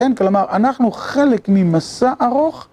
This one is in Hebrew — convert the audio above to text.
כן, כלומר, אנחנו חלק ממסע ארוך.